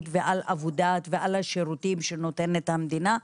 ועל העבודה ועל השירותים שנותנת המדינה,